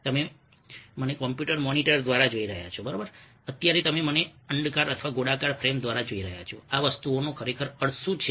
તમે મને computer monitor દ્વારા જોઈ રહ્યા છો અત્યારે તમે મને અંડાકાર અથવા ગોળાકાર ફ્રેમ દ્વારા જોઈ રહ્યા છો આ વસ્તુઓનો ખરેખર અર્થ શું છે